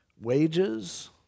Wages